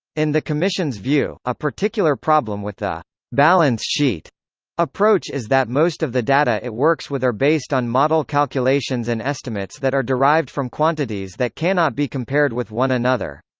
in the commission's view, a particular problem with the balance-sheet approach is that most of the data it works with are based on model calculations calculations and estimates that are derived from quantities that cannot be compared with one another.